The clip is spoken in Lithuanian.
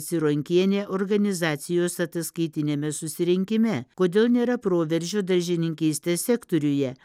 cironkienė organizacijos ataskaitiniame susirinkime kodėl nėra proveržio daržininkystės sektoriuje